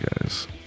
guys